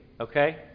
Okay